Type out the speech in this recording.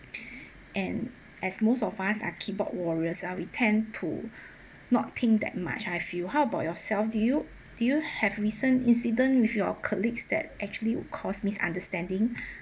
and as most of us are keyboard warriors ah we tend to not think that much I feel how about yourself do you do you have recent incident with your colleagues that actually would cause misunderstanding